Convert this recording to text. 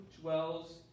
dwells